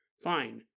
Fine